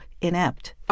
inept